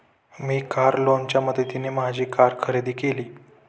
मी car लोनच्या मदतीने माझी कार खरेदी केली